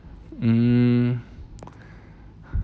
mm